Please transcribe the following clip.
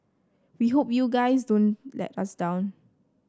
we hope you guys don't let us down